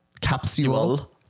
Capsule